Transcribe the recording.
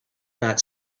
not